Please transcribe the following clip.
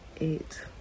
eight